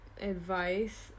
advice